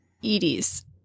Edie's